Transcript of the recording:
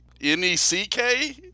N-E-C-K